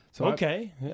Okay